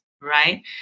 right